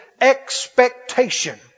expectation